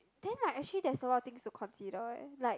then like actually there's a lot of things to consider eh like